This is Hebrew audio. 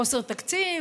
מחוסר תקציב,